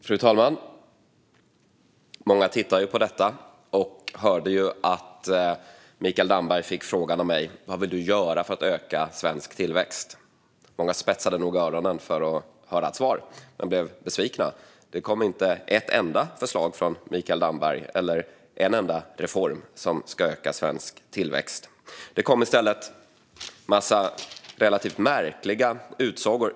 Fru talman! Många tittar på detta och hörde att jag frågade Mikael Damberg vad han vill göra för att öka svensk tillväxt. Många spetsade nog öronen för att höra svaret men blev besvikna - det kom inte ett enda förslag eller en enda reform för att öka svensk tillväxt från Mikael Damberg. Det kom i stället en massa relativt märkliga utsagor.